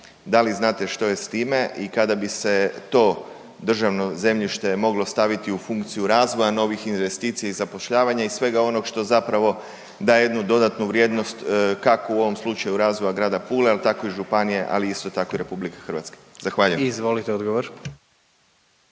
da li znate što je s time i kada bi se to državno zemljište moglo staviti u funkciju razvoja novih investicija i zapošljavanja i svega onog što zapravo daje jednu dodatnu vrijednost kako u ovom slučaju razvoja grada Pula, al tako i županije, ali isto tako i RH. Zahvaljujem. **Jandroković,